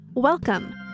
Welcome